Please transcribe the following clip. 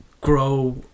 grow